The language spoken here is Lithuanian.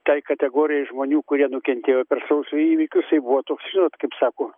tai kategorijai žmonių kurie nukentėjo per sausio įvykius tai buvo toks žinot kaip sako